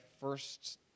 first